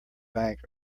bank